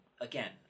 again